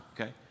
okay